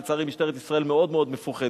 לצערי, משטרת ישראל מאוד מאוד מפוחדת.